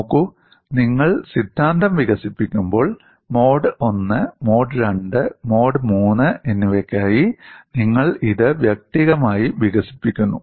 നോക്കൂ നിങ്ങൾ സിദ്ധാന്തം വികസിപ്പിക്കുമ്പോൾ mode I mode II mode III എന്നിവയ്ക്കായി നിങ്ങൾ ഇത് വ്യക്തിഗതമായി വികസിപ്പിക്കുന്നു